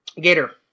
Gator